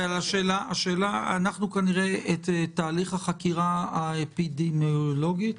את תהליך החקירה האפידמיולוגית